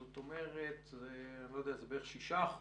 זאת אומרת בערך 6%,